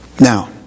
Now